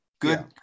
good